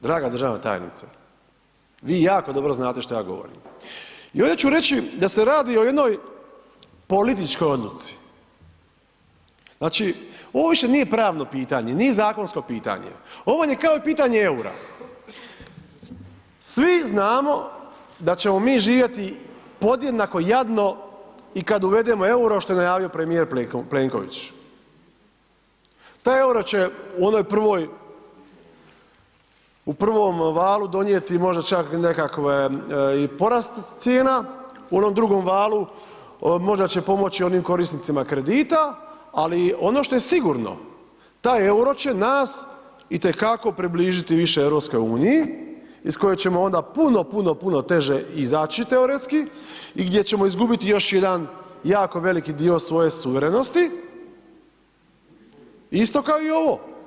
Draga državna tajnice, vi jako dobro znate što ja govorim i ovdje ću reći da se radi o jednoj političkoj odluci, znači, ovo više nije pravno pitanje, nije zakonsko pitanje, ovo vam je kao i pitanje EUR-a, svi znamo da ćemo mi živjeti podjednako jadno i kad uvedemo EUR-o što je najavio premijer Plenković, taj EUR-o će u onom prvom valu donijeti možda čak nekakve i porast cijena, u onom drugom valu možda će pomoći onim korisnicima kredita, ali ono što je sigurno, taj EUR-o će nas itekako približiti više EU iz koje ćemo onda puno, puno, puno teže izaći teoretski i gdje ćemo izgubiti još jedan jako veliki dio svoje suverenosti, isto kao i ovo.